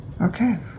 Okay